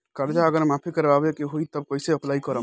कर्जा अगर माफी करवावे के होई तब कैसे अप्लाई करम?